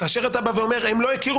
כאשר אתה בא ואומר הם לא הכירו,